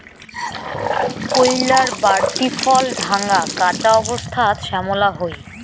কইল্লার বাড়তি ফল ঢাঙা, কাঁচা অবস্থাত শ্যামলা হই